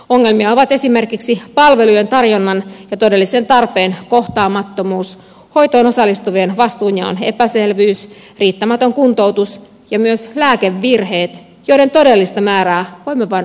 ongelmia ovat esimerkiksi palvelujen tarjonnan ja todellisen tarpeen kohtaamattomuus hoitoon osallistuvien vastuunjaon epäselvyys riittämätön kuntoutus ja myös lääkevirheet joiden todellista määrää voimme vain arvailla